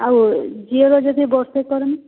ଆଉ ଜିଓର ଯଦି ବର୍ଷେ କରନ